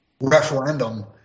referendum